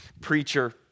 preacher